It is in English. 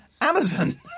Amazon